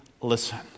listen